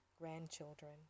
grandchildren